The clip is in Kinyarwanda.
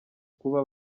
kuba